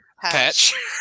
patch